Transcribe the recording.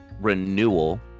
renewal